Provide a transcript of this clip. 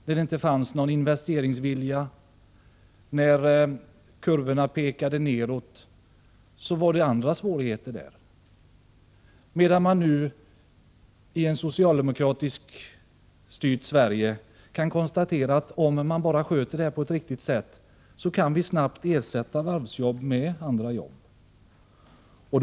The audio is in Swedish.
Där fanns det ingen investeringsvilja, där pekade kurvorna neråt och där var det också andra svårigheter. I ett socialdemokratiskt styrt Sverige kan varvsjobben nu snabbt ersättas med andra jobb, om allt bara sköts på ett riktigt sätt.